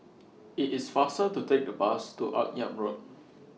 IT IS faster to Take The Bus to Akyab Road